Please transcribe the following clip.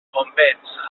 convenç